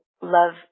love